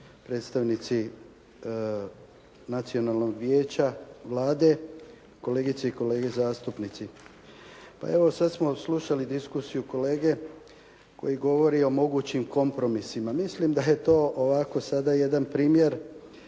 Predstavnici Nacionalnog vijeća, Vlade. Kolegice i kolege zastupnici. Pa evo sad smo slušali diskusiju kolege koji govori o mogućim kompromisima. Mislim da je to ovako sada jedan primjer